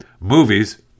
Movies